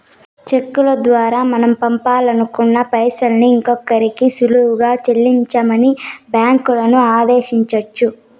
చెక్కుల దోరా మనం పంపాలనుకున్న పైసల్ని ఇంకోరికి సులువుగా సెల్లించమని బ్యాంకులని ఆదేశించొచ్చు